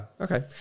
okay